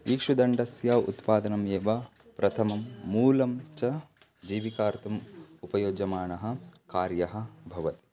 इक्षुदण्डस्य उत्पादनम् एव प्रथमं मूलं च जीविकार्थम् उपयुज्यमानः कार्यः भव